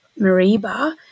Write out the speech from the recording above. Mariba